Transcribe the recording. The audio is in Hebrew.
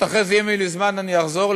אחרי זה אם יהיה לי זמן אני אחזור,